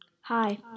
Hi